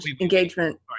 engagement